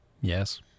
Yes